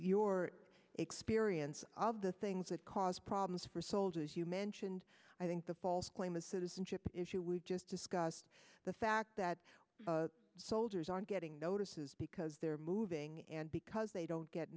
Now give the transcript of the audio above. your experience of the things that cause problems for soldiers you mentioned i think the false claim of citizenship issue we've just discussed the fact that soldiers aren't getting notices because they're moving and because they don't get